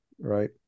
right